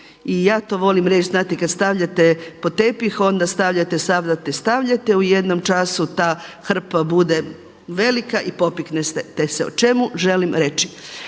i ja to volim reći znate kada stavljate pod tepih onda stavljate, stavljate, stavljate u jednom času ta hrpa bude velika i popiknete se. O čemu želim reći?